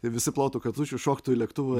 ir visi plotų katučių šoktų į lėktuvą